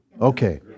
Okay